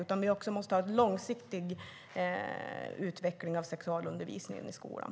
Vi måste också ha en långsiktig utveckling av sexualundervisningen i skolan.